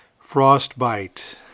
Frostbite